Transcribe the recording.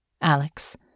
Alex